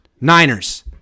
Niners